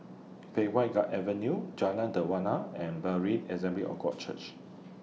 Pei Wah God Avenue Jalan Dermawan and Berean Assembly of God Church